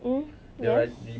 mm yes